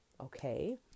okay